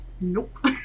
Nope